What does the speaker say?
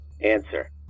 Answer